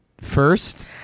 first